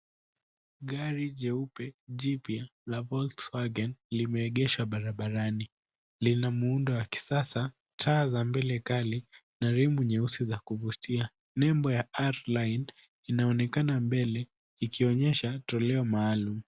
Gari jeupe jipya la Volkswagen limeegeshwa barabarani. Lina muundo wa kisasa, taa za mbele kali na rimu nyeusi za kuvutia. Nembo ya R Line inaonekana mbele ikionyesha toleo maalum.